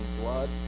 blood